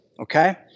okay